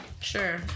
Sure